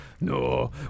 No